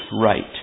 right